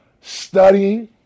studying